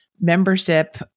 membership